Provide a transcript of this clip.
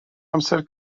amser